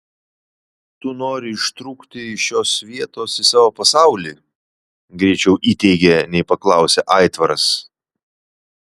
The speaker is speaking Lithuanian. tu nori ištrūkti iš šios vietos į savo pasaulį greičiau įteigė nei paklausė aitvaras